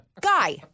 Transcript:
Guy